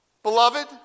Beloved